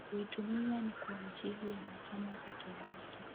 kuitumia ni kwa ajili ya masomo peke yake.